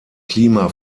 klima